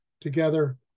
together